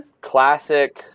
Classic